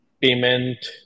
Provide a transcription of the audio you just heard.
payment